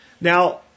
Now